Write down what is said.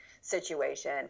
situation